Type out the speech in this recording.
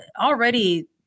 already